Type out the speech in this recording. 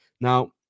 Now